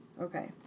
Okay